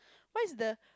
why is the